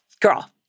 Girl